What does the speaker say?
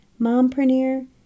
mompreneur